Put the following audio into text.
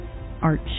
art